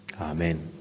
Amen